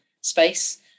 space